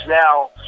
now